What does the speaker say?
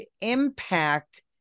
impact